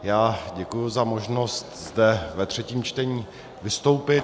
Já děkuji za možnost zde ve třetím čtení vystoupit.